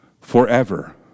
forever